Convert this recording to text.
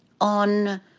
on